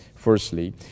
Firstly